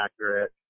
accurate